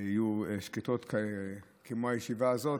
יהיו שקטות כמו הישיבה הזו,